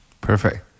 Perfect